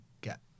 get